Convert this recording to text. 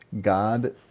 God